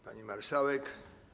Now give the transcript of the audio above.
Pani Marszałek!